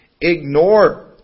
Ignore